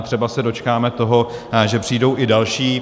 Třeba se dočkáme toho, že přijdou i další.